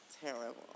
Terrible